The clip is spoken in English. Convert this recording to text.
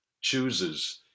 chooses